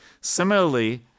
Similarly